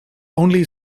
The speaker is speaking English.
only